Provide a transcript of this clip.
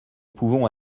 pouvons